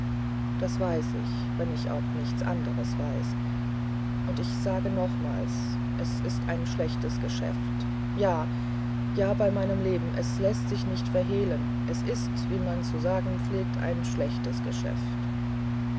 welchesdunichtgetanhast dasweiß ich wenn ich auch nichts anderes weiß und ich sage nochmals es ist ein schlechtes geschäft ja ja bei meinem leben es läßt sich nicht verhehlen es ist wie man zu sagenpflegt einschlechtesgeschäft